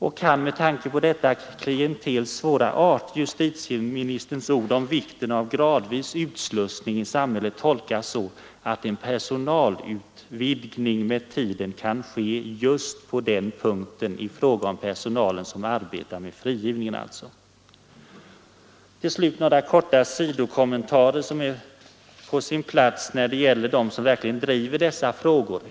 Kan därför med tanke på detta klientels svårigheter justitieministerns ord om vikten av gradvis utslussning i samhället tolkas så, att en personalutvidgning med tiden kan ske just när det gäller den personal som arbetar med frigivningen? Herr talman! Tillåt mig några korta sidokommentarer som är på sin plats när det gäller dem som verkligen driver dessa frågor.